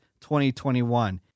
2021